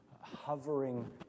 hovering